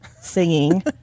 singing